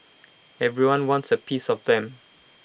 everyone wants A piece of them